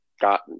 got